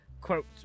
quote